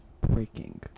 breaking